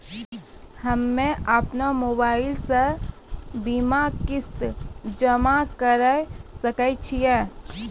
हम्मे अपन मोबाइल से बीमा किस्त जमा करें सकय छियै?